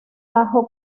bajo